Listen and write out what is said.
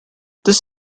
this